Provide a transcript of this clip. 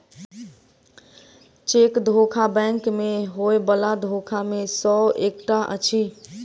cheque धोखा bank मे होयबला धोखा मे सॅ एकटा अछि